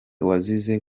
wazize